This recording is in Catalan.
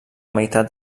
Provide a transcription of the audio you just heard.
meitat